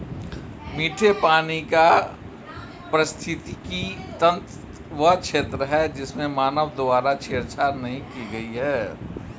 मीठे पानी का पारिस्थितिकी तंत्र वह क्षेत्र है जिसमें मानव द्वारा छेड़छाड़ नहीं की गई है